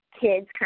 kids